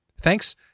Thanks